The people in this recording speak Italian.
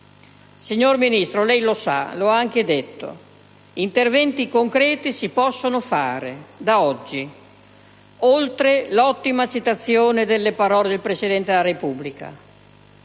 Signor Ministro, lei sa, e lo ha anche detto: interventi concreti si possono fare da oggi, oltre l'ottima citazione delle parole del Presidente della Repubblica.